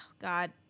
God